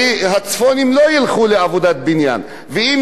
ואם יש כאלה אז הם עובדי בניין ונקראים